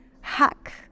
hack